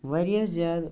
واریاہ زیادٕ